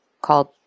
called